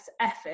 effort